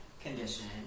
condition